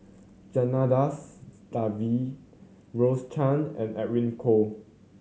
Janadas Devan Rose Chan and Edwin Koo